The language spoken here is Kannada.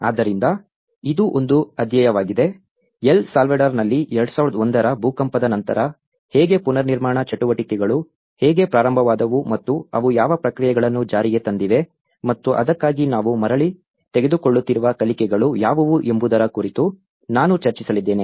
ಆದ್ದರಿಂದ ಇದು ಒಂದು ಅಧ್ಯಾಯವಾಗಿದೆ L ಸಾಲ್ವಡಾರ್ನಲ್ಲಿ 2001 ರ ಭೂಕಂಪದ ನಂತರ ಹೇಗೆ ಪುನರ್ನಿರ್ಮಾಣ ಚಟುವಟಿಕೆಗಳು ಹೇಗೆ ಪ್ರಾರಂಭವಾದವು ಮತ್ತು ಅವು ಯಾವ ಪ್ರಕ್ರಿಯೆಗಳನ್ನು ಜಾರಿಗೆ ತಂದಿವೆ ಮತ್ತು ಅದಕ್ಕಾಗಿ ನಾವು ಮರಳಿ ತೆಗೆದುಕೊಳ್ಳುತ್ತಿರುವ ಕಲಿಕೆಗಳು ಯಾವುವು ಎಂಬುದರ ಕುರಿತು ನಾನು ಚರ್ಚಿಸಲಿದ್ದೇನೆ